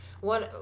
One